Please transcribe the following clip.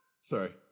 Sorry